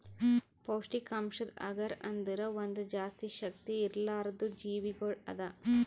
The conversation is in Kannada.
ಪೌಷ್ಠಿಕಾಂಶದ್ ಅಗರ್ ಅಂದುರ್ ಒಂದ್ ಜಾಸ್ತಿ ಶಕ್ತಿ ಇರ್ಲಾರ್ದು ಜೀವಿಗೊಳ್ ಅದಾ